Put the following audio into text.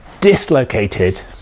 dislocated